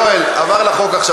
יואל, עבר לה חוק עכשיו.